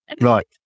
Right